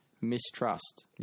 mistrust